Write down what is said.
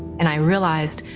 and i realized,